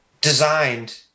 designed –